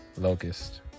Locust